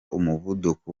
umuvuduko